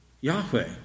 Yahweh